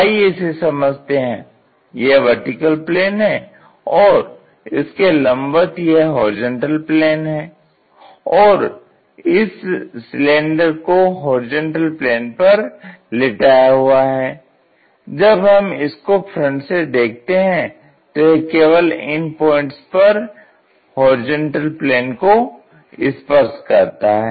आइए इसे समझते हैं यह वर्टिकल प्लेन है और इसके लंबवत यह होरिजेंटल प्लेन है और इस सिलेंडर को होरिजेंटल प्लेन पर लिटाया हुआ है जब हम इसको फ्रंट से देखते हैं तो यह केवल इन पॉइंट्स पर HP को स्पर्श करता है